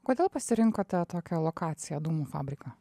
kodėl pasirinkote tokią lokaciją dūmų fabriką